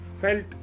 felt